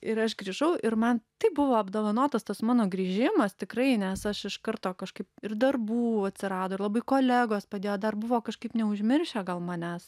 ir aš grįžau ir man taip buvo apdovanotas tas mano grįžimas tikrai nes aš iš karto kažkaip ir darbų atsirado ir labai kolegos padėjo dar buvo kažkaip neužmiršę gal manęs